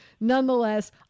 nonetheless